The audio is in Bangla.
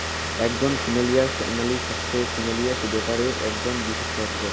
একজন ফিনান্সিয়াল এনালিস্ট হসে ফিনান্সিয়াল ব্যাপারে একজন বিশষজ্ঞ